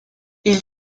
ils